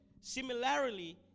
Similarly